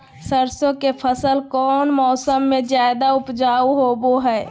सरसों के फसल कौन मौसम में ज्यादा उपजाऊ होबो हय?